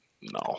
No